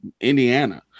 Indiana